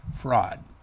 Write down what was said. fraud